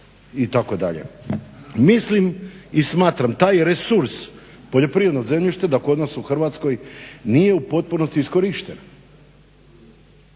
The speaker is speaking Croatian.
Mislim i smatram taj resurs poljoprivrednog zemljišta da kod nas u Hrvatskoj nije u potpunosti iskorišten.